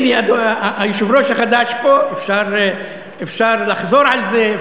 הנה, היושב-ראש החדש פה ואפשר לחזור על זה.